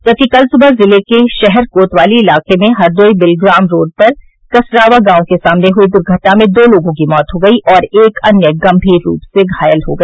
जबकि कल सुबह जिले के शहर कोतवाली इलाके में हरदोई बिलग्राम रोड पर कसरावा गांव के सामने हुई दुर्घटना में दो लोगों की मौत हो गई और एक अन्य गंमीर रूप से घायल हो गया